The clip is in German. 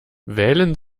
wählen